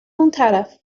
اونطرف